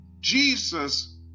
Jesus